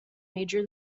major